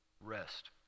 rest